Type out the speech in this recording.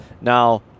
Now